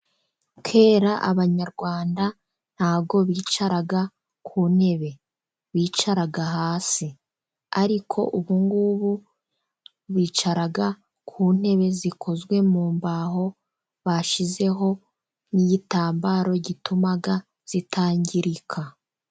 Kera abanyarwanda nta bwo bicaraga ku ntebe. Bicaraga hasi. Ariko ubungubu bicara ku ntebe zikozwe mu mbaho, bashyizeho n'igitambaro gituma zitangirika.